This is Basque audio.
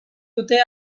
dute